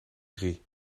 drie